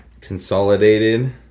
Consolidated